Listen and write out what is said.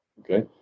Okay